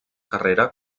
carrera